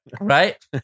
Right